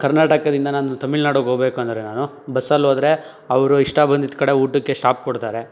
ಕರ್ನಾಟಕದಿಂದ ನಾನು ತಮಿಳ್ನಾನಾಡಿಗೆ ಹೋಗಬೇಕು ಅಂದರೆ ನಾನು ಬಸ್ಸಲ್ಲೋದ್ರೆ ಅವರು ಇಷ್ಟ ಬಂದಿದ್ದ ಕಡೆ ಊಟಕ್ಕೆ ಸ್ಟಾಪ್ ಕೊಡ್ತಾರೆ